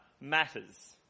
matters